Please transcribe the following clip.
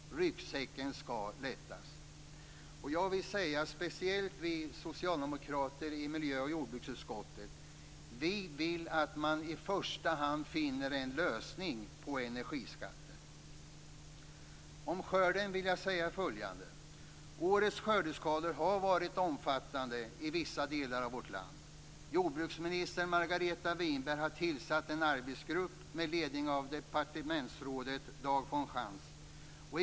"Ryggsäcken" skall bli lättare. Jag vill säga att speciellt vi socialdemokrater i miljö och jordbruksutskottet vill att man i första hand finner en lösning på frågan om energiskatten. Om skörden vill jag säga följande: Årets skördeskador har varit omfattande i vissa delar av vårt land. Jordbruksminister Margareta Winberg har tillsatt en arbetsgrupp under ledning av departementsrådet Dag von Schantz.